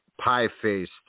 pie-faced